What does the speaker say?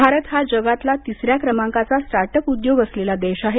भारत हा जगातला तिसऱ्या क्रमांकाचा स्टार्ट अप उद्योग असलेला देश आहे